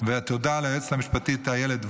ותודה ליועצת המשפטית אילת וולברג,